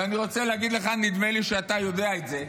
ואני רוצה להגיד לך, נדמה לי שאתה יודע את זה,